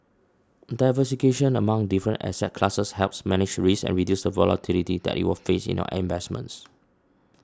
diverse cation among different asset classes helps manage risk and reduce the volatility that you will face in your investments